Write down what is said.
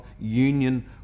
union